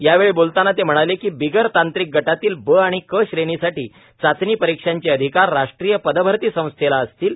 यावेळी बोलताना ते म्हणाले की बिगर तांत्रिक गटातील ब आणि क श्रेणीसाठी चाचणी परीक्षांचे अधिकार राष्ट्रीय पदभरती संस्थेला असतील